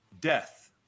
death